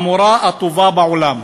המורה הטובה בעולם.